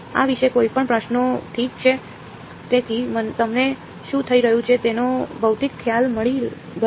આ વિશે કોઈપણ પ્રશ્નો ઠીક છે તેથી તમને શું થઈ રહ્યું છે તેનો ભૌતિક ખ્યાલ મળી ગયો